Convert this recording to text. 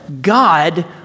God